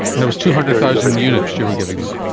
and it was two hundred thousand units you were giving them.